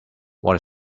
what